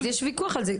יש ויכוח על זה.